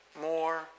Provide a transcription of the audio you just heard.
more